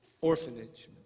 orphanage